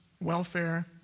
welfare